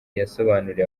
yasobanuriye